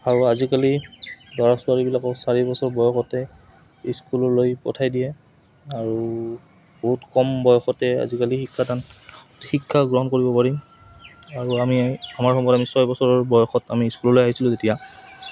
আৰু আজিকালি ল'ৰা ছোৱালীবিলাকক চাৰি বছৰ বয়সতে স্কুললৈ পঠাই দিয়ে আৰু বহুত কম বয়সতে আজিকালি শিক্ষাদান শিক্ষা গ্ৰহণ কৰিব পাৰি আৰু আমি আমাৰ সময়ত আমি ছয় বছৰ বয়সত আমি স্কুললৈ আহিছিলোঁ যেতিয়া